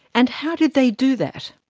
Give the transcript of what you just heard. and how did they do that?